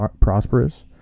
prosperous